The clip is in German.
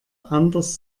anders